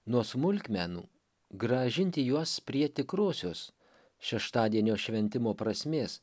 nuo smulkmenų grąžinti juos prie tikrosios šeštadienio šventimo prasmės